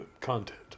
content